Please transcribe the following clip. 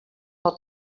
del